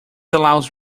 allows